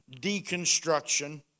deconstruction